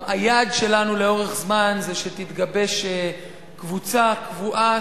היעד שלנו לאורך זמן הוא שתתגבש קבוצה קבועה